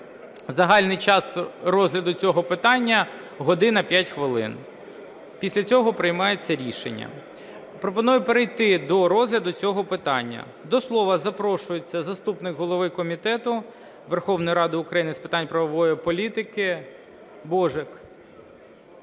Загальний час розгляду цього питання 1 година 5 хвилин, після цього приймається рішення. Пропоную перейти до розгляду цього питання. До слова запрошується заступник голови Комітету Верховної Ради України з питань правової політики Божик.